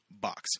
box